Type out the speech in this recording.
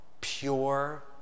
pure